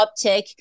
uptick